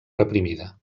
reprimida